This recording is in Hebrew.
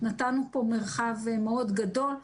נתנו פה מרחב מאוד גדול.